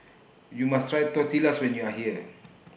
YOU must Try Tortillas when YOU Are here